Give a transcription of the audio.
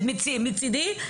מצידי,